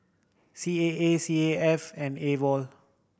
C A A C A F and AWOL